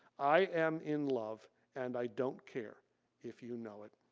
i am in love and i don't care if you know it.